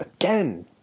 Again